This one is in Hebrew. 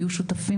יהיו שותפים